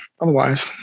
otherwise